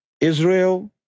Israel